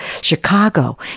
Chicago